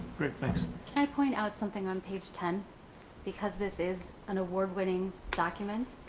great, thanks. can i point out something on page ten because this is an award winning documents.